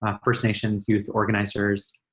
um first nations youth organizers,